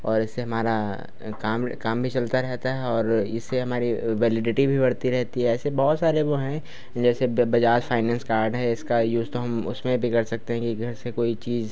और इससे हमारा काम काम भी चलता रहता है और इससे हमारी वैलिडिटी भी बढ़ती रहती है ऐसे बहुत सारे वह हैं यह जैसे बजाज फ़ाइनैन्स कार्ड है इसका यूज़ तो हम उसमें भी कर सकते हैं कि घर से कोई चीज़